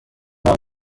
نان